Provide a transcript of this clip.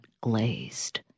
Glazed